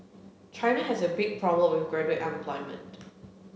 China has a big problem with graduate unemployment